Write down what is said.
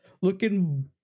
looking